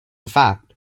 fact